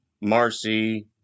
Marcy